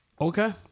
Okay